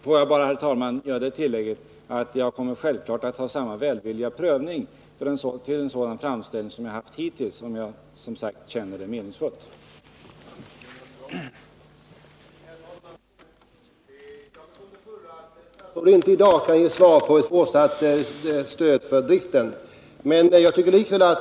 Får jag sedan, herr talman, göra det tillägget att jag självfallet kommer att göra samma välvilliga prövning av en framställning som jag gjort hittills, om det finns förutsättningar för det.